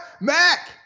Mac